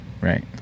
Right